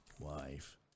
wife